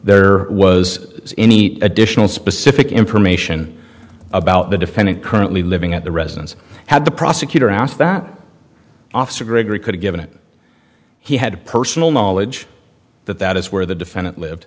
there was any additional specific information about the defendant currently living at the residence had the prosecutor asked that officer gregory could give it he had personal knowledge that that is where the defendant lived